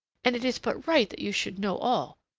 and it is but right that you should know all.